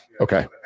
Okay